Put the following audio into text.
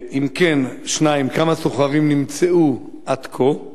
2. אם כן, כמה סוחרים נמצאו עד כה?